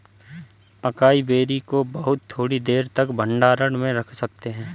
acai berry को बहुत थोड़ी देर तक भंडारण में रख सकते हैं